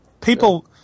People